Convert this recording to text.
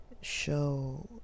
show